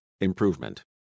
improvement